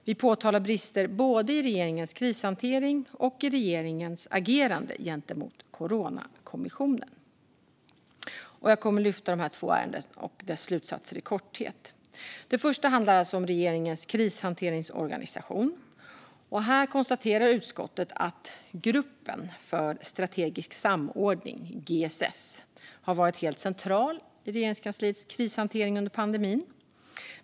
Vi påtalar brister både i regeringens krishantering och i regeringens agerande gentemot Coronakommissionen, och jag kommer att lyfta fram dessa två ärenden och slutsatserna i korthet. Gransknings betänkandeInledning Det första ärendet handlar alltså om regeringens krishanteringsorganisation. Här konstaterar utskottet att gruppen för strategisk samordning, GSS, har varit helt central i Regeringskansliets krishantering under pandemin.